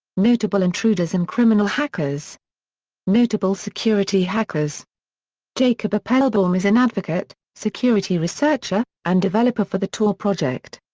notable intruders and criminal hackers notable security hackers jacob appelbaum is an advocate, security researcher, and developer for the tor project.